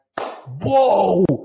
whoa